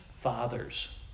fathers